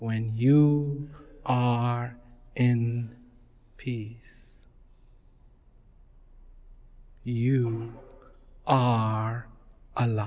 when you are in peace you are a